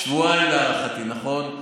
שבועיים, להערכתי, נכון.